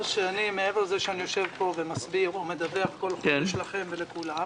מעבר לזה שאני יושב פה ומסביר או מדווח בכל חודש לכם ולכולם,